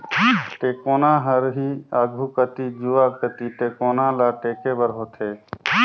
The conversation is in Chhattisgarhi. टेकोना हर ही आघु कती जुवा कती टेकोना ल टेके बर होथे